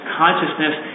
consciousness